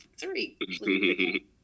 three